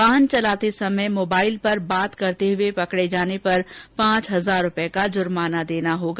वाहन चलाते समय मोबाइल पर बात करते हुए पकड़े जाने पर पाँच हजार रुपये का जुर्माना देना होगा